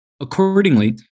Accordingly